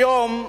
כיום,